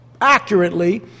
accurately